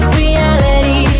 reality